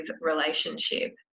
relationship